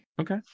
Okay